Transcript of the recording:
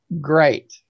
great